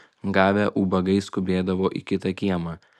gavę ubagai skubėdavo į kitą kiemą